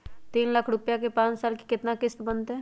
तीन लाख रुपया के पाँच साल के केतना किस्त बनतै?